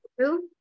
true